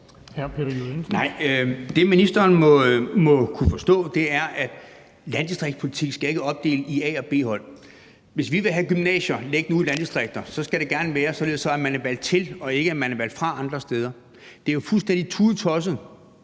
Det, ministeren må kunne forstå, er, at landdistriktspolitik ikke skal opdele nogen i A- og B-hold. Hvis vi vil have gymnasier liggende ude i landdistrikter, skal det gerne være således, at man er valgt til, ikke at man er valgt fra andre steder. Det er jo fuldstændig tudetosset